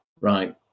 right